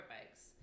bikes